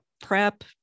prep